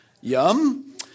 Yum